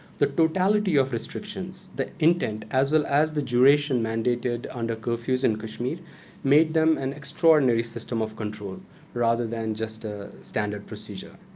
the totality of restrictions, the intent, as well as the duration mandated under curfews in kashmir made them an extraordinary system of control rather than just a standard procedure.